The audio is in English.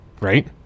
Right